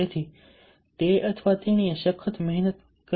તે અથવા તેણીએ સખત મહેનત કરવી જોઈએ